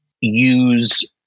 use